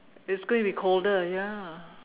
it's going to be colder ya